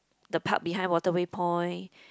the park behind Waterway Point